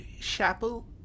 chapel